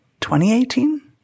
2018